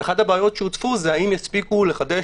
אחת הבעיות שהוצפו הייתה האם יספיקו לחדש